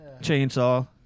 chainsaw